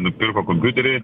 nupirko kompiuterį